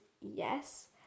yes